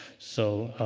so,